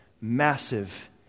massive